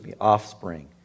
offspring